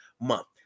month